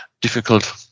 difficult